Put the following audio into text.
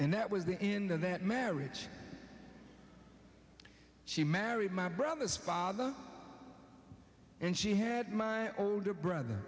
and that was the end of that marriage she married my brother's father and she had my older brother